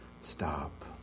stop